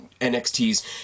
NXT's